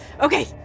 okay